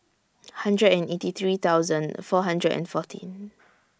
hundred and eighty three thousand four hundred and fourteen